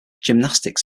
gymnastics